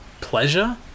pleasure